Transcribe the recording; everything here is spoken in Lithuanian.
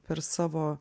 per savo